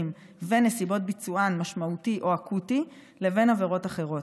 ונסיבות ביצוען משמעותי או אקוטי לבין עבירות אחרות.